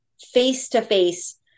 face-to-face